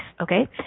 okay